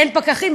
אין פקחים,